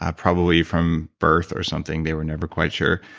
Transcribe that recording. ah probably from birth or something, they were never quite sure.